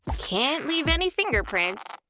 can't leave any fingerprints.